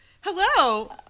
hello